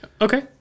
okay